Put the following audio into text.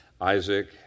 Isaac